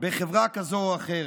בחברה כזו או אחרת.